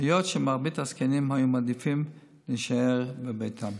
היות שמרבית הזקנים היו מעדיפים להישאר בביתם.